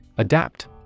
Adapt